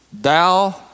thou